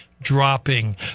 dropping